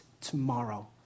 tomorrow